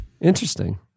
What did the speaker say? interesting